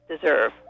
deserve